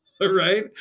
Right